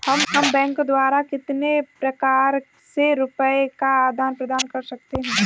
हम बैंक द्वारा कितने प्रकार से रुपये का आदान प्रदान कर सकते हैं?